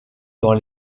dans